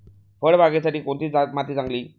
फळबागेसाठी कोणती माती चांगली?